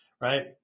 right